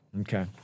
Okay